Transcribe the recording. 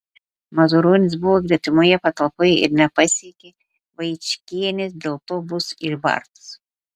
mazuronis buvo gretimoje patalpoje ir nepasiekė vaičkienės dėl to bus išbartas